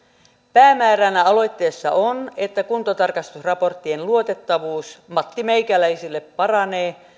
päämääränä aloitteessa on että kuntotarkastusraporttien luotettavuus mattimeikäläisille paranee